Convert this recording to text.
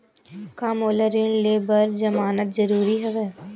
का मोला ऋण ले बर जमानत जरूरी हवय?